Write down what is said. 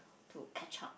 to catch up